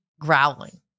growling